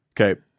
Okay